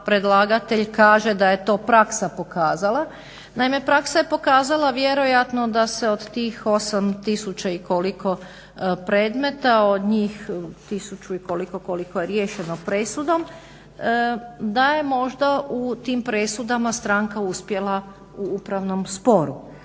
predlagatelj kaže da je to praksa pokazala. Naime, praksa je pokazala vjerojatno da se od tih 8000 i koliko predmeta, od njih 1000 i koliko, koliko je riješeno presudom da je možda u tim presudama stranka uspjela u upravnom sporu.